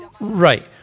Right